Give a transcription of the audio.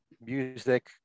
music